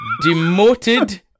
Demoted